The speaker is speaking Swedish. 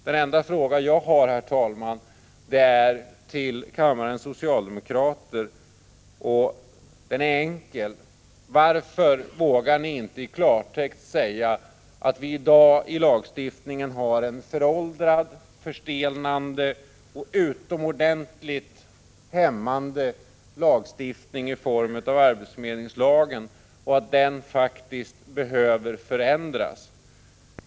Den enda fråga jag har, herr talman, är till kammarens socialdemokrater, och den är enkel: Varför vågar ni inte i klartext säga att vi i dag har en föråldrad, förstelnad och utomordentligt hämmande lagstiftning i form av arbetsförmedlingslagen och att den faktiskt behöver förändras?